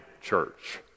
church